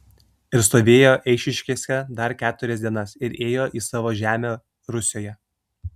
ir stovėjo eišiškėse dar keturias dienas ir ėjo į savo žemę rusioje